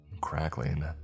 Crackling